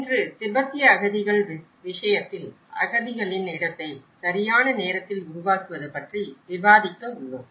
இன்று திபெத்திய அகதிகள் விஷயத்தில் அகதிகளின் இடத்தை சரியான நேரத்தில் உருவாக்குவது பற்றி விவாதிக்க உள்ளோம்